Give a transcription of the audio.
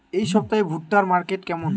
এই সপ্তাহে ভুট্টার মার্কেট কেমন?